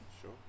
Sure